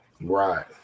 Right